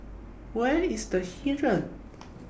Where IS The Heeren